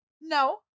No